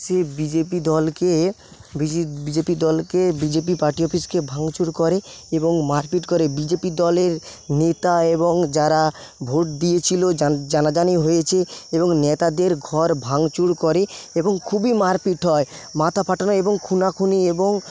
সে BJP দলকে BJP দলকে BJP party অফিসকে ভাঙচুর করে এবং মারপিট করে বিজেপি দলের নেতা এবং যারা ভোট দিয়েছিল জানাজানি হয়ছে এবং নেতাদের ঘর ভাঙচুর করে এবং খুবই মারপিট হয় মাথা ফাটানো এবং খুনোখুনি এবং